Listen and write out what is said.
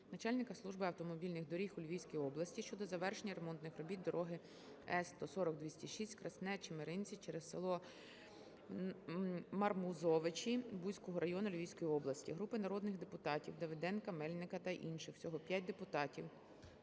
начальника Служби автомобільних доріг у Львівській області щодо завершення ремонтних робіт дороги С140206 Красне-Чемеринці через село Мармузовичі Буського району Львівської області. Групи народних депутатів (Давиденка, Мельниченка та інших. Всього 5 депутатів)